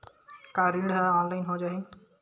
का ऋण ह ऑनलाइन हो जाही?